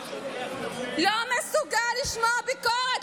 לא מסוגל לשמוע ביקורת,